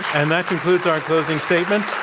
and that concludes our closing statements,